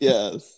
Yes